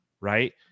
right